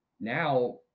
Now